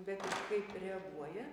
bet kaip reaguoja